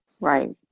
Right